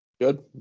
Good